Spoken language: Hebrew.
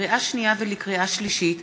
לקריאה שנייה ולקריאה שלישית: